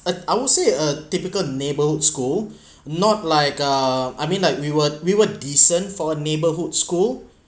uh I would say uh typical neighbourhood school not like uh I mean like we were we were decent for a neighbourhood school